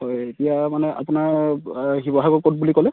হয় এতিয়া মানে আপোনাৰ শিৱসাগৰৰ ক'ত বুলি ক'লে